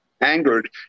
angered